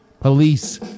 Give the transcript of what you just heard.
Police